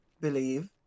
believe